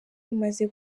imaze